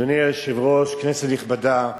אדוני היושב-ראש, כנסת נכבדה,